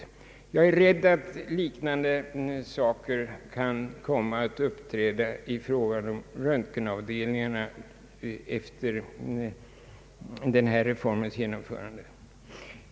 Jag är rädd att liknande situationer kan komma att uppträda i fråga om röntgenundersökningarna efter genomförandet av denna reform.